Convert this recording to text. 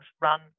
run